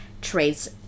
traits